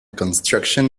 construction